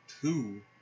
Two